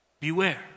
Beware